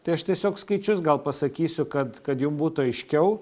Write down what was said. tai aš tiesiog skaičius gal pasakysiu kad kad jum būtų aiškiau